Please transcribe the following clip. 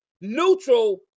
Neutral